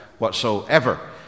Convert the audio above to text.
Whatsoever